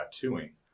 tattooing